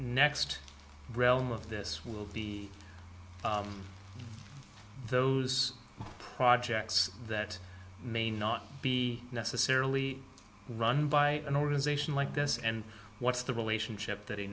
next realm of this will be those projects that may not be necessarily run by an organization like this and what's the relationship that